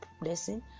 blessing